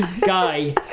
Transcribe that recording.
guy